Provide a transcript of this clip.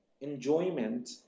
enjoyment